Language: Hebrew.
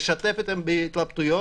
לשתף אתכם בהתלבטויות,